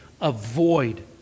avoid